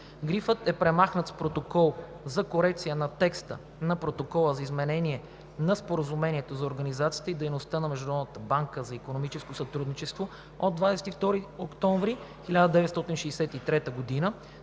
Грифът е премахнат с Протокол за корекция на текста на Протокола за изменение на Споразумението за организацията и дейността на Международната банка за икономическо сътрудничество от 22 октомври 1963 г.